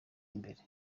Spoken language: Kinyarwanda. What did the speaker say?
imbere